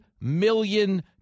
million